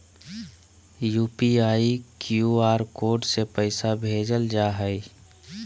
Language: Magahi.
यू.पी.आई, क्यूआर कोड से पैसा भेजल जा हइ